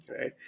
right